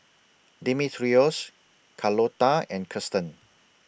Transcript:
Demetrios Carlota and Kirsten